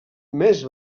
més